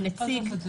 הוא נציג,